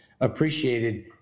appreciated